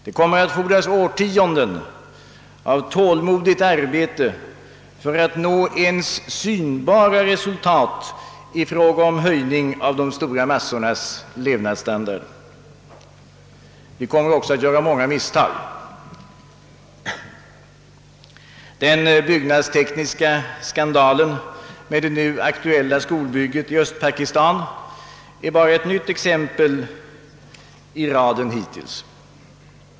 Det kommer att fordras årtionden av tålmodigt arbete för att nå ens synbara resultat i fråga om höjning av de stora massornas levnadsstandard. Vi kommer också att göra många misstag. Den byggnadstekniska skandalen med det nu aktuella skolbygget i Östpakistan är bara ett nytt exempel i raden hittills.